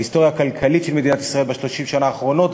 בהיסטוריה הכלכלית של מדינת ישראל ב-30 השנה האחרונות,